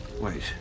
Wait